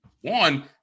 One